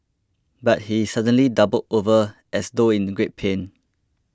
but he suddenly doubled over as though in great pain